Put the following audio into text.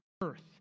earth